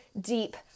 deep